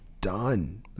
done